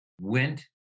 went